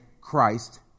Christ